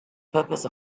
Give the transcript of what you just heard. purpose